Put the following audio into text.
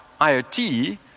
IOT